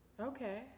okay